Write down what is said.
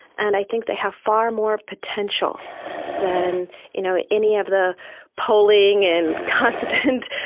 and i think they have far more potential than you know any of the polling and constant